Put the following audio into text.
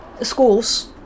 schools